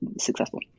successful